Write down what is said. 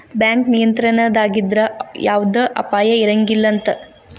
bank ನಿಯಂತ್ರಣದಾಗಿದ್ರ ಯವ್ದ ಅಪಾಯಾ ಇರಂಗಿಲಂತ್